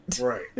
Right